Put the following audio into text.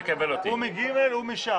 (קיום ישיבת מועצה בהיוועדות חזותית),